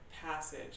passage